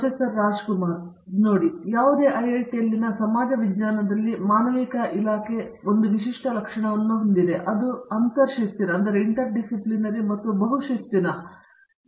professor Rajesh Kumar ನೋಡಿ ಯಾವುದೇ ಐಐಟಿಯಲ್ಲಿನ ಸಮಾಜ ವಿಜ್ಞಾನದಲ್ಲಿ ಮಾನವಿಕ ಇಲಾಖೆ ಒಂದು ವಿಶಿಷ್ಟ ಲಕ್ಷಣವನ್ನು ಹೊಂದಿದೆ ಅದು ಅಂತರ್ ಶಿಸ್ತಿನ ಮತ್ತು ಬಹು ಶಿಸ್ತಿನ ಸ್ವಭಾವವಾಗಿದೆ